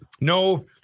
No